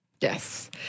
Yes